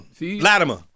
Latimer